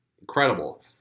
Incredible